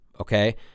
Okay